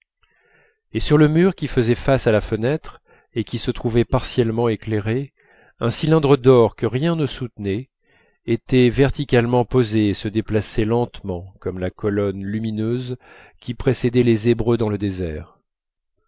et sur le mur qui faisait face à la fenêtre et qui se trouvait partiellement éclairé un cylindre d'or que rien ne soutenait était verticalement posé et se déplaçait lentement comme la colonne lumineuse qui précédait les hébreux dans le désert